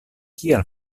kial